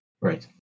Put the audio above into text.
Right